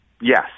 Yes